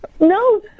No